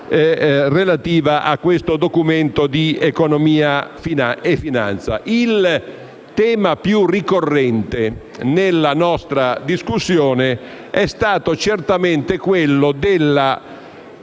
relativa a questo Documento di economia e finanza. Il tema più ricorrente nella nostra discussione è stato certamente quello della